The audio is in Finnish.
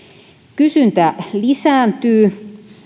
kysyntä lisääntyy